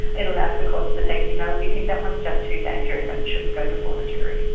it allows the courts to say, you know, we think that one is just too dangerous and it shouldn't go before the jury.